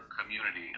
community